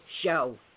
show